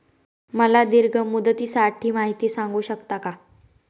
मला दीर्घ मुदतीसाठी माहिती सांगू शकता का?